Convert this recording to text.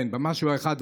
כן, במשהו אחד.